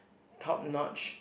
top notch